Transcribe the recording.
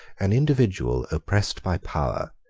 an individual oppressed by power,